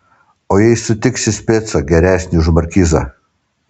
o jei sutiksi specą geresnį už markizą